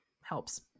helps